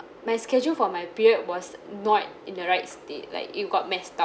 my schedule for my period was not in the right state like it got messed up